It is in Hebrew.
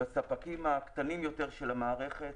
בספקים הקטנים יותר של המערכת,